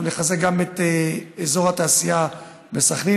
אנחנו נחזק גם את אזור התעשייה בסח'נין.